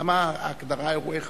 למה ההגדרה "אירועי חבלה"?